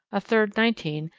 a third nineteen,